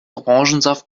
orangensaft